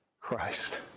Christ